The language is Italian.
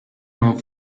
non